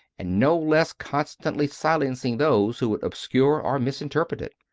and no less constantly silencing those who would obscure or misinterpret it.